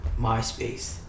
MySpace